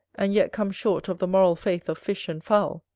and yet come short of the moral faith of fish and fowl,